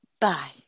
Bye